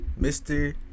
Mr